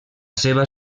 seva